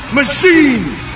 machines